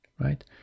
Right